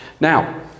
Now